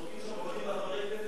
כשזרקו שם אבנים על חברי כנסת,